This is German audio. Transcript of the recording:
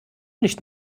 nicht